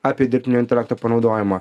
apie dirbtinio intelekto panaudojimą